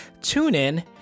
TuneIn